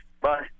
Bye